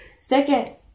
Second